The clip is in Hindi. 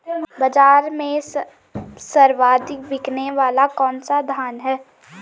बाज़ार में सर्वाधिक बिकने वाला कौनसा धान है?